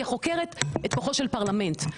כחוקרת את כוחו של פרלמנט,